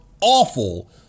awful